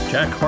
Jack